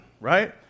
right